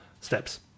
steps